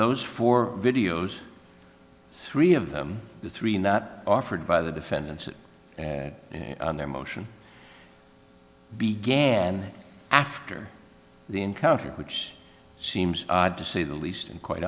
those four videos three of them the three not offered by the defendants and their motion began after the encounter which seems odd to say the least and quite